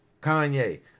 Kanye